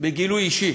בגילוי אישי: